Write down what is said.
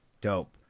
Dope